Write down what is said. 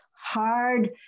hard